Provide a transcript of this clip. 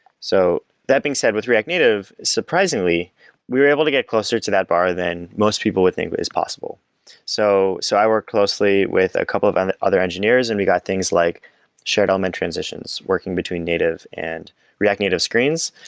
so that being said with react native, surprisingly we were able to get closer to that bar than most people would think but as possible so so i work closely with a couple of and other engineers and we got things like shared element transitions working between native and react native screens,